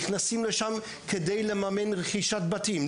כדי לממן רכישת בתים,